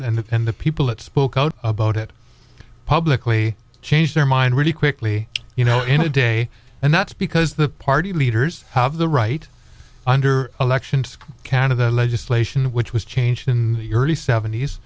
it and the people that spoke out about it publicly changed their mind really quickly you know in a day and that's because the party leaders have the right under election count of the legislation which was changed in the early seventies